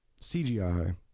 CGI